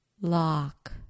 lock